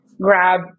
grab